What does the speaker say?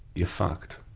you're fucked.